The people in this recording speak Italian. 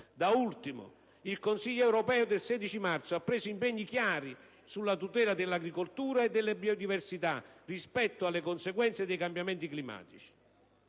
Da ultimo, il Consiglio europeo del 16 marzo ha preso impegni chiari sulla tutela dell'agricoltura e delle biodiversità rispetto alle conseguenze dei cambiamenti climatici.